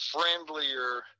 friendlier